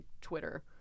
twitter